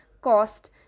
cost